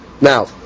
Now